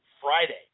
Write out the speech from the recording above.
Friday